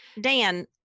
Dan